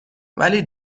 ولی